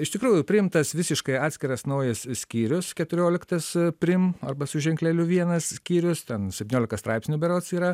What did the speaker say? iš tikrųjų priimtas visiškai atskiras naujas skyrius keturioliktas prim arba su ženkleliu vienas skyrius ten septyniolika straipsnių berods yra